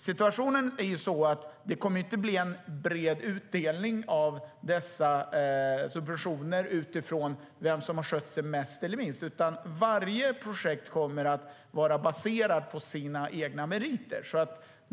Situationen är sådan att det inte kommer att bli en bred utdelning av dessa subventioner utifrån vem som har skött sig mest eller minst, utan varje projekt kommer att vara baserat på sina egna meriter.